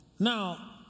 Now